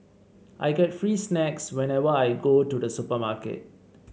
I get free snacks whenever I go to the supermarket